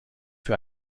für